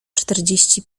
czterdzieści